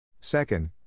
Second